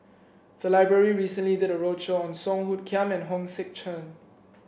the library recently did a roadshow on Song Hoot Kiam and Hong Sek Chern